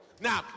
Now